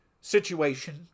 situation